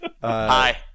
Hi